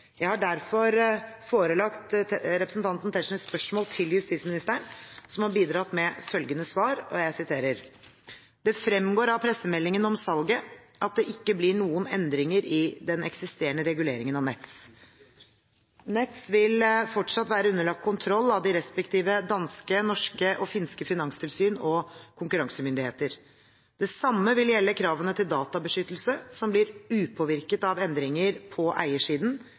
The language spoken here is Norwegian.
Jeg har derfor forelagt representanten Tetzschners spørsmål til justisministeren, som har bidratt med følgende svar: Det fremgår av pressemeldingen om salget at det ikke blir noen endringer i den eksisterende reguleringen av Nets. Nets vil fortsatt være underlagt kontroll av de respektive danske, norske og finske finanstilsyn og konkurransemyndigheter. Det samme vil gjelde kravene til databeskyttelse, som blir upåvirket av endringer på eiersiden,